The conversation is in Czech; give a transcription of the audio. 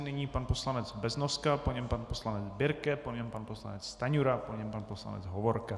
Nyní pan poslanec Beznoska, po něm pan poslanec Birke, po něm pan poslanec Stanjura, po něm pan poslanec Hovorka.